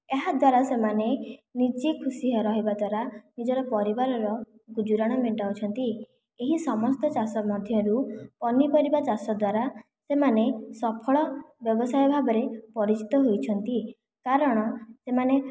ଏହା ଦ୍ୱାରା ସେମାନେ ନିଜେ ଖୁସି ରହିବା ଦ୍ୱାରା ନିଜର ପରିବାରର ଗୁଜୁରାଣ ମେଣ୍ଟାଉଛନ୍ତି ଏହି ସମସ୍ତ ଚାଷ ମଧ୍ୟରୁ ପନିପରିବା ଚାଷ ଦ୍ୱାରା ସେମାନେ ସଫଳ ବ୍ୟବସାୟୀ ଭାବରେ ପରିଚିତ ହୋଇଛନ୍ତି କାରଣ ସେମାନେ